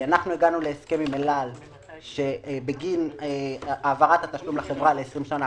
הגענו להסכם עם אל על שבגין העברת התשלום לחברה לעשרים שנה,